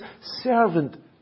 servant